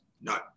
No